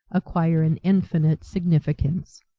acquire an infinite significance.